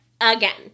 again